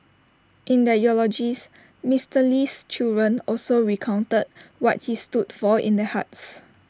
in their eulogies Mister Lee's children also recounted what he stood for in their hearts